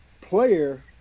player